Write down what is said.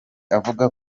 avuga